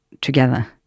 together